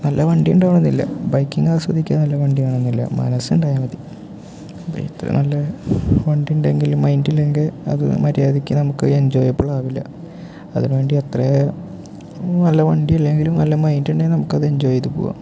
നല്ല വണ്ടി ഉണ്ടാവണമെന്നില്ല ബൈക്കിങ്ങ് ആസ്വദിക്കാൻ നല്ല വണ്ടി വേണമെന്നില്ല മനസ്സുണ്ടായാൽ മതി ബൈക്ക് നല്ല വണ്ടി ഉണ്ടെങ്കിൽ നല്ല മൈൻഡില്ലെങ്കിൽ അത് മര്യാദയ്ക്ക് നമുക്ക് എഞ്ചോയബിൾ ആവില്ല അതിനു വേണ്ടി അത്രയും നല്ല വണ്ടി ഇല്ലെങ്കിലും നല്ല മൈൻഡുണ്ടെങ്കിൽ നമുക്കത് എൻഞ്ചോയ് ചെയ്ത് പോകാം